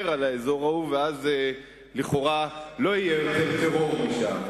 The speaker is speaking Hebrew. על האזור ההוא ואז לכאורה לא יהיה יותר טרור משם.